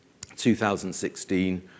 2016